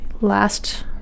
last